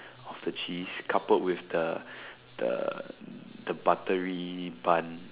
of the cheese coupled with the the buttery bun